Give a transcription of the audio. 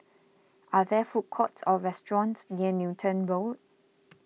are there food courts or restaurants near Newton Road